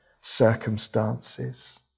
circumstances